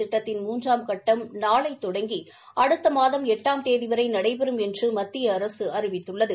திட்டத்தின் மூன்றாம் கட்டம் நாளை தொடங்கி அடுத்த மாதம் எட்டாம் தேதி வரை நடைபெறும் என்று மத்திய அரசு அறிவித்துள்ளது